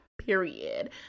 period